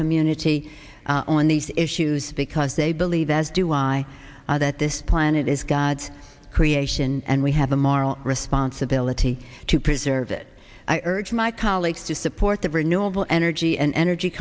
community on these issues because they believe as do i that this planet is god's creation and we have a moral responsibility to preserve it i urge my colleagues to support the renewable energy and energy